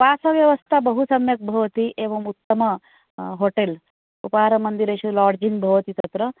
वासव्यवस्था बहु सम्यक् भवति एवं उत्तम होटेल् उपहारमन्दिरेषु लाजिङ्ग भवति तत्र